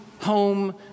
home